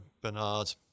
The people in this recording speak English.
Bernard